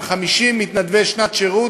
עם 50 מתנדבי שנת שירות,